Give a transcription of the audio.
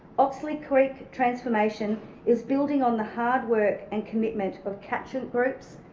oxley creek transformation is building on the hard work and commitment of catchment groups,